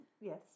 Yes